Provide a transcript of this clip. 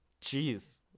Jeez